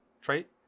trait